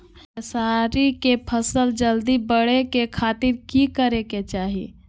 खेसारी के फसल जल्दी बड़े के खातिर की करे के चाही?